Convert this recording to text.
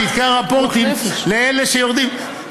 שיתקע רפורטים לאלה שיורדים.